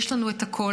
יש לנו הכול.